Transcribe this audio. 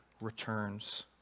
returns